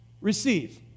receive